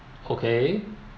okay